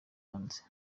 hanze